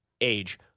age